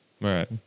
Right